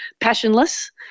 passionless